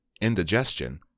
indigestion